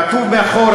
כתוב מאחור: